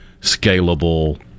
scalable